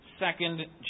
second